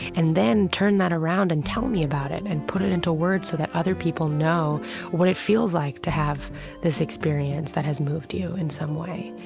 and then turn that around and tell me about it and put it into words so that other people know what it feels like to have this experience that has moved you in some way.